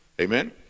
Amen